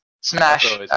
smash